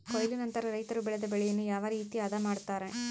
ಕೊಯ್ಲು ನಂತರ ರೈತರು ಬೆಳೆದ ಬೆಳೆಯನ್ನು ಯಾವ ರೇತಿ ಆದ ಮಾಡ್ತಾರೆ?